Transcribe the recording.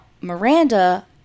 Miranda